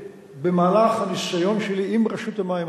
במהלך הניסיון שלי עם רשות המים,